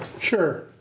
Sure